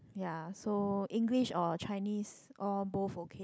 ya so English or Chinese all both okay